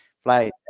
flight